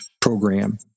program